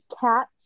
cat